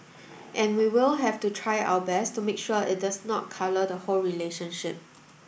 and we will have to try our best to make sure that it does not colour the whole relationship